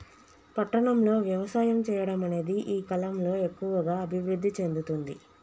పట్టణం లో వ్యవసాయం చెయ్యడం అనేది ఈ కలం లో ఎక్కువుగా అభివృద్ధి చెందుతుంది